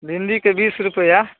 भिण्डीके बीस रुपैआ